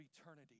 eternity